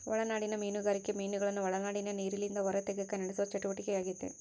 ಒಳನಾಡಿಗಿನ ಮೀನುಗಾರಿಕೆ ಮೀನುಗಳನ್ನು ಒಳನಾಡಿನ ನೀರಿಲಿಂದ ಹೊರತೆಗೆಕ ನಡೆಸುವ ಚಟುವಟಿಕೆಯಾಗೆತೆ